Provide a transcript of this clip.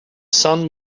sun